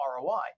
roi